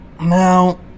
Now